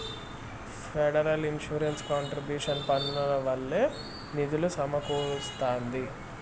federal insurance contribution పన్నుల వల్లే నిధులు సమకూరస్తాంది